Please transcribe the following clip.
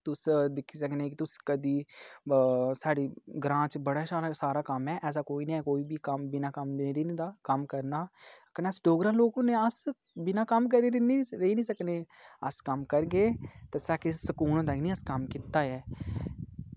ते तुस दिक्खी सकनें कि तुस कदी साढ़े ग्रांऽ च बड़ा सारा कम्म ऐ ऐसा कोई निं ऐ कोई बी कम्म बिना कम्म दे निं रेही दा कम्म करना कन्नै अस डोगरा लोक होन्ने अस बिना कम्म करे दे ते रेही निं सकने अस कम्म करगे ते साढ़े सकून होंदा कि असें कम्म कीता ऐ